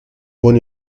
born